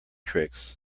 tricks